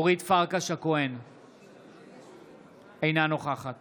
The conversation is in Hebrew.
אינה נוכחת